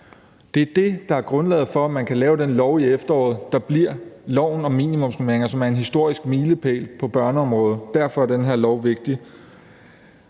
Det er det, der er grundlaget for, at man til efteråret kan lave den lov, der bliver loven om minimumsnormeringer, som er en historisk milepæl på børneområdet. Derfor er den her lov vigtig